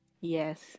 Yes